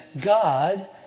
God